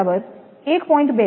7 kV